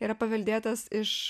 yra paveldėtas iš